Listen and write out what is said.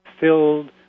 filled